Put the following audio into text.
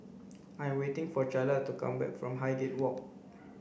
I am waiting for Charla to come back from Highgate Walk